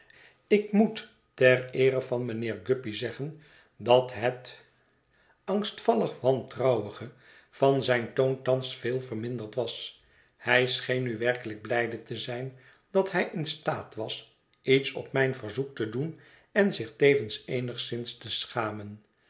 ik moet ter eere van mijnheer guppy zeggen dat het angstvallig wantrouwige van zijn toon thans veel verminderd was hij scheen nu werkelijk blijde te zijn dat hij in staat was iets op mijn verzoek te doen en zich tevens eenigszins te schamen